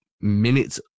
minutes